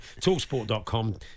talksport.com